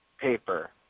paper